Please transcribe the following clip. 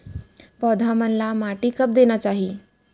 पौधा मन ला माटी कब देना चाही?